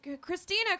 Christina